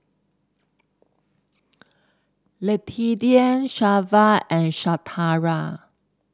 Letitia Shelva and Shatara